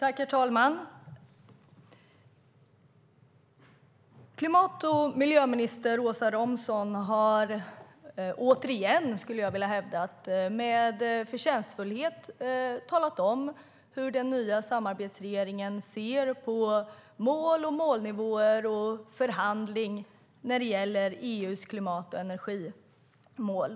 Herr talman! Klimat och miljöminister Åsa Romson har återigen - skulle jag vilja hävda - med förtjänstfullhet talat om hur den nya samarbetsregeringen ser på mål, målnivåer och förhandling när det gäller EU:s klimat och energimål.